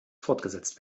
fortgesetzt